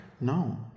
No